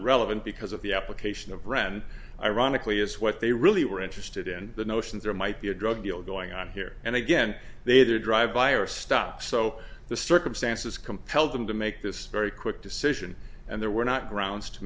relevant because of the application of ren ironically is what they really were interested in the notion there might be a drug deal going on here and again they either drive by or stop so the circumstances compelled them to make this very quick decision and there were not grounds to